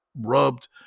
rubbed